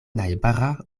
najbara